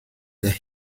des